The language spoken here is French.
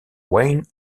wayne